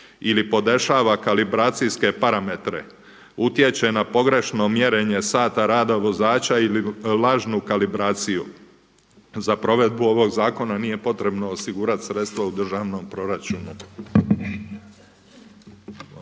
ili podešava kalibracijske parametre, utječe na pogrešno mjerenje sata rada vozača ili lažnu kalibraciju. Za provedbu ovog zakona nije potrebno osigurati sredstva u državnom proračunu.